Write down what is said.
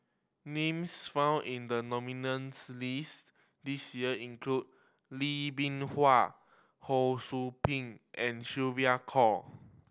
names found in the nominees' list this year include Lee Bee Wah Ho Sou Ping and Sylvia Kho